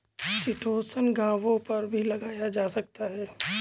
chitosan घावों पर भी लगाया जा सकता है